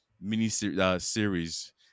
mini-series